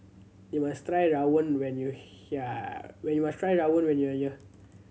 you must try rawon when you are when you are try rawon when you are here